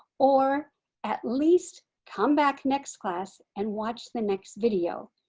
or at least come back next class and watch the next video?